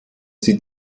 sie